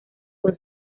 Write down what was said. con